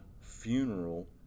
Funeral